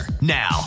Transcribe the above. now